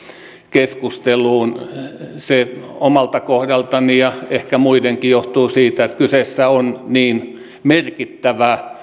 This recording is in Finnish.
keskusteluun se omalta kohdaltani ja ehkä muidenkin kohdalta johtuu siitä että kyseessä on niin merkittävä